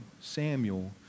Samuel